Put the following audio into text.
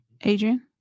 adrian